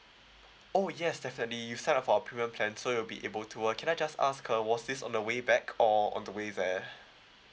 oh yes definitely you signed up for our premium plan so you'll be able to uh can I just ask uh was this on the way back or on the way there